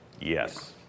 Yes